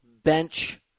Bench